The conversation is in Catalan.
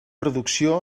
reducció